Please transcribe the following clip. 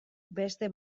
beste